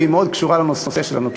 והיא מאוד קשורה לנושא שלנו,